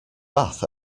bath